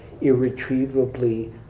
irretrievably